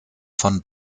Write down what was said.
von